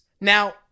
Now